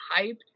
hyped